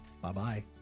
Bye-bye